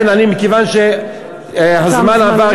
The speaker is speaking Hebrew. מכיוון שהזמן עבר,